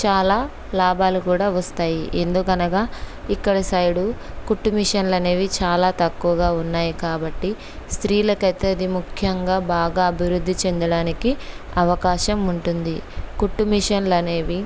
చాలా లాభాలు కూడా వస్తాయి ఎందుకనగా ఇక్కడ సైడు కుట్టు మిషనలు అనేవి చాలా తక్కువగా ఉన్నాయి కాబట్టి స్త్రీలకి అది ముఖ్యంగా బాగా అభివృద్ధి చెందడానికి అవకాశం ఉంటుంది కుట్టు మిషన్లు అనేవి